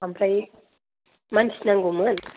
आमफ्राय मानसि नांगौमोन